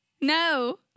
No